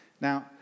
Now